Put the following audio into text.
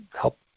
help